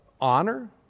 honor